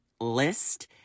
list